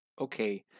okay